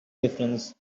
difference